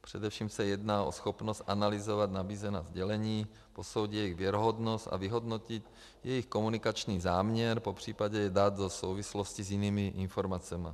Především se jedná o schopnost analyzovat nabízená sdělení, posoudit jejich věrohodnost a vyhodnotit jejich komunikační záměr, popřípadě je dát do souvislosti s jinými informacemi.